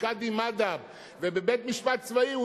בקאדים מד'הב ושופטים צבאיים,